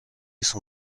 son